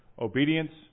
Obedience